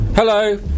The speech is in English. Hello